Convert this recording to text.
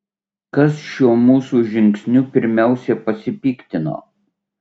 kas šiuo mūsų žingsniu pirmiausia pasipiktino